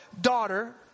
daughter